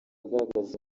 agaragaza